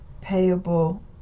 payable